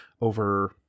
over